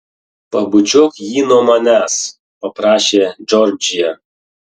pabučiuok jį nuo manęs paprašė džordžija